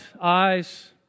eyes